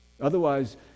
Otherwise